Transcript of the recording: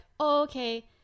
okay